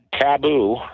taboo